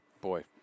boy